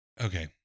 Okay